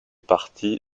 partie